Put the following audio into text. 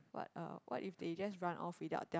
what uh what if they just run off without their